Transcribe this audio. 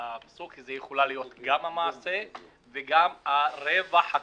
מהפסוק של הקוראן יכולה להיות גם המעשה וגם הרווח הכלכלי.